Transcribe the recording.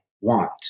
want